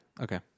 Okay